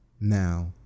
Now